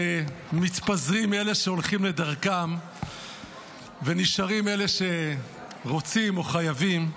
כשמתפזרים אלה שהולכים לדרכם ונשארים אלה שרוצים או חייבים,